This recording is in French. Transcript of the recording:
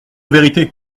vérité